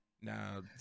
Now